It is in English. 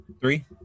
Three